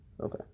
Okay